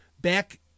back